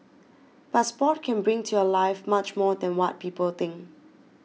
but sport can bring to your life much more than what people think